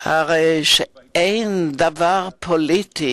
הרי שאין דבר פוליטי